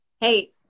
Hey